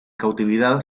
cautividad